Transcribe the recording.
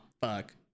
fuck